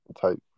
type